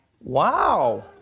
wow